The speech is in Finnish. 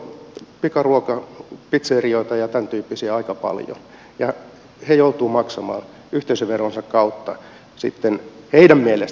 meillä on pikaruokapitserioita ja tämäntyyppisiä aika paljon ja näiden omistajat joutuvat maksamaan yhteisöveronsa kautta heidän mielestään vääräuskoisille